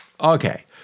Okay